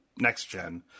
next-gen